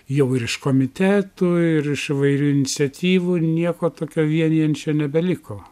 jau ir iš komitetų ir iš įvairių iniciatyvų nieko tokio vienijančio nebeliko